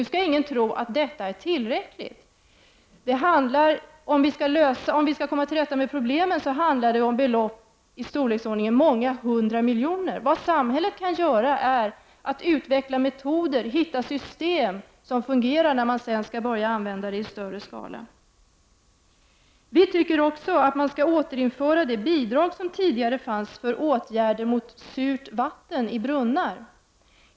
Nu skall ingen tro att detta är tillräckligt, utan det handlar om belopp i storleksordningen många hundra miljoner om man skall komma till rätta med problemen. Vad samhället kan göra är att utveckla metoder och hitta system som fungerar när åtgärder skall börja vidtas i större skala. Vi i vpk tycker också att det bidrag som tidigare fanns för åtgärder mot surt vatten i brunnar skall återinföras.